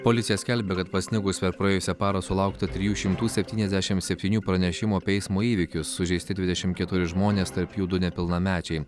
policija skelbia kad pasnigus per praėjusią parą sulaukta trijų šimtų septyniasdešim septynių pranešimų apie eismo įvykius sužeisti dvidešim keturi žmonės tarp jų du nepilnamečiai